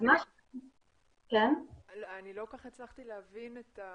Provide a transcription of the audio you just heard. לא כל כך הצלחתי להבין.